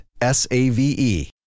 S-A-V-E